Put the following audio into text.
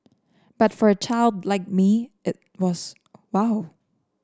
but for a child like me it was wow